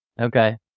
Okay